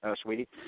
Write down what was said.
sweetie